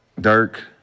Dirk